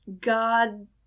god